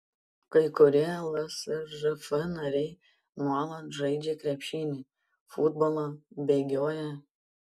kai kurie lsžf nariai nuolat žaidžia krepšinį futbolą bėgioja